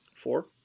four